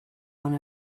one